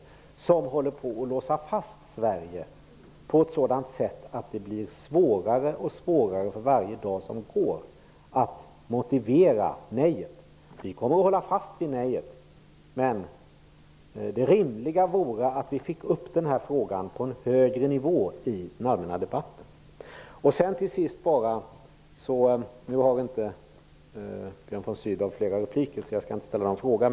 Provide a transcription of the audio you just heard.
Detta håller på att låsa fast Sverige på ett sätt som gör att det blir svårare och svårare för varje dag som går att motivera ett nej. Vi kommer att hålla fast vid ett nej, men det vore rimligt att få upp denna fråga på en högre nivå i den allmänna debatten. Nu har inte Björn von Sydow fler repliker, så jag skall inte ställa någon fråga.